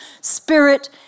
Spirit